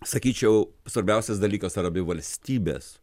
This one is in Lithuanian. sakyčiau svarbiausias dalykas ar abi valstybės